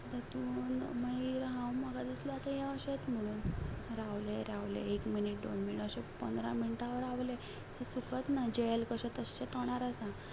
तातून मागीर हांव म्हाका दिसता हें आतां अशेंच म्हणून रावलें रावलें एक मिनट दोन मिनट अशे पंदरा मिनटां हांव रावलें तें सुकच ना जेल कशें तश्शें रावलें तोंडार आसा